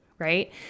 Right